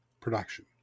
production